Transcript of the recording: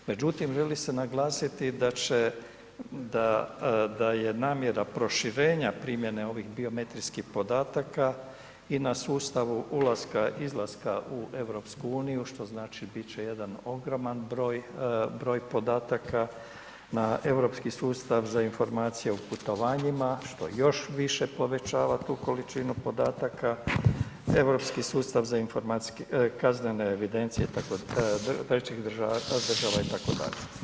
Međutim, želi se naglasiti da će, da je namjera proširenja primjene ovih biometrijskih podataka i na sustavu ulaska, izlaska u EU, što znači bit će jedan ogroman broj, broj podataka na europski sustav za informacije o putovanjima, što još više povećava tu količinu podataka, Europski sustav za informacijske, kaznene evidencije trećih država, država itd.